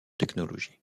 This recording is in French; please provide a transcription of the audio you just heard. technologies